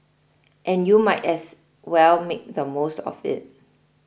and you might as well make the most of it